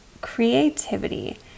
creativity